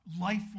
life